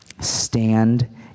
stand